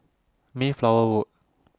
Mayflower Road